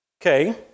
Okay